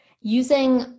using